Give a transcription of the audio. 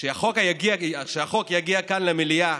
כשהחוק יגיע כאן למליאה,